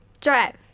Drive